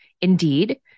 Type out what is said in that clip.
Indeed